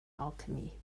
alchemy